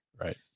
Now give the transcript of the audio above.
right